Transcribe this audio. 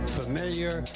familiar